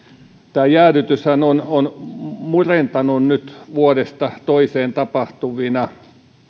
tämä jäädytyshän on on murentanut nyt vuodesta toiseen tapahtuvana